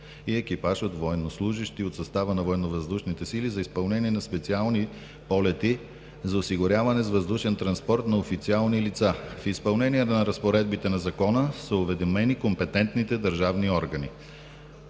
и екипаж от военнослужещи от състава на Военновъздушните сили за изпълнение на специални полети за осигуряване с въздушен транспорт на официални лица. В изпълнение на разпоредбите на Закона са уведомени компетентните държавни органи.